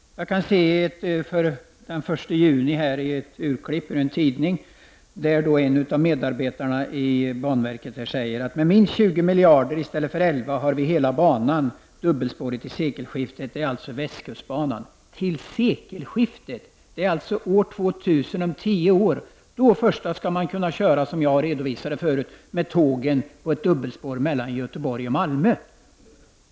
Jag kan se i ett tidningsurklipp från den 1 juni att en av medarbetarna inom banverket säger att man med minst 20 miljarder i stället för 11 har hela banan dubbelspårig vid sekelskiftet. Det gäller alltså västkustbanan. Till sekelskiftet! Det är alltså år 2000, om tio år. Först då skall man kunna köra, som jag har redovisat förut, med tåg på ett dubbelspår mellan Göteborg och Malmö.